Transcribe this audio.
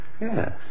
Yes